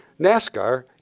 NASCAR